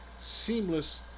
seamless